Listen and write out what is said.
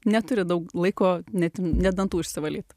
neturi daug laiko net net dantų išsivalyt